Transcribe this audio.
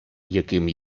яким